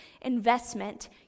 investment